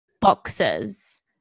boxes